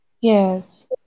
Yes